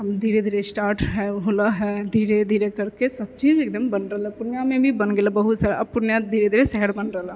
धीरे धीरे स्टार्ट होलै है धीरे धीरे करके सबचीज एकदम बन रहलै पूर्णियामे भी बन गेलै बहुत सारा अब पूर्णिया धीरे धीरे शहर बनि रहलै हऽ